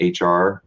HR